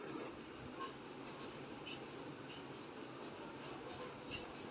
combine मूल रूप से गेहूं की कटाई के लिए डिज़ाइन किए गए थे